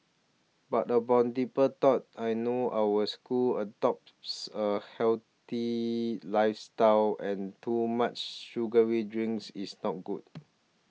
but upon deeper thought I know our school adopts a healthier lifestyle and too much sugary drinks is not good